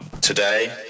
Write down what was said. Today